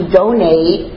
donate